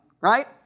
Right